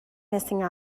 missing